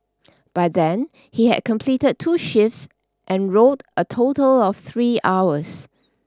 by then he had completed two shifts and rowed a total of three hours